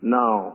now